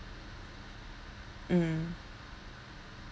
mm mm